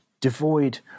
devoid